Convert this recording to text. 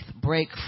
break